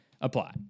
apply